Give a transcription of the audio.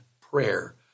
prayer